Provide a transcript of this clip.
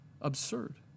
absurd